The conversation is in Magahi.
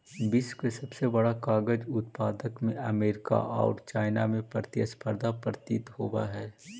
विश्व के सबसे बड़ा कागज उत्पादक में अमेरिका औउर चाइना में प्रतिस्पर्धा प्रतीत होवऽ हई